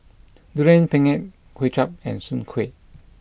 Durian Pengat Kway Chap and Soon Kuih